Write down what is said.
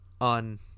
on